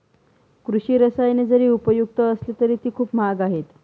कृषी रसायने जरी उपयुक्त असली तरी ती खूप महाग आहेत